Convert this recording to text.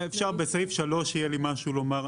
בסעיף 3 יהיה לי משהו לומר.